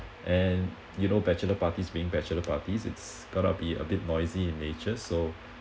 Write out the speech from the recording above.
and you know bachelor parties being bachelor parties it's gonna be a bit noisy in nature so